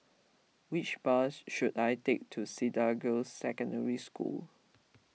which bus should I take to Cedar Girls' Secondary School